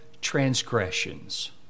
transgressions